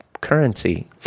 currency